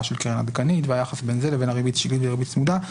של קרן עדכנית והיחס בין זה לבין ריבית שקלית וריבית צמודה,